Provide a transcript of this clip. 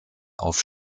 auf